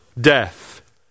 death